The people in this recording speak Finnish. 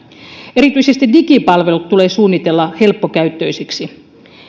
erityisesti digipalvelut tulee suunnitella helppokäyttöisiksi